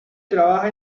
trabaja